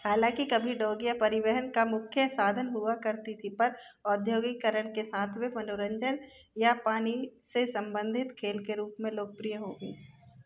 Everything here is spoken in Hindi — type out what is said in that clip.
हालांकि कभी डोंगियाँ परिवहन का मुख्य साधन हुआ करती थी पर औद्योगिकरण के साथ वे मनोरंजन या पानी से संबंधित खेल के रूप में लोकप्रिय हो गई